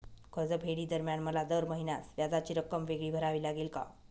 कर्जफेडीदरम्यान मला दर महिन्यास व्याजाची रक्कम वेगळी भरावी लागेल का?